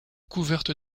couverte